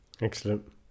Excellent